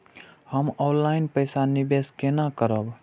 हम ऑनलाइन पैसा निवेश केना करब?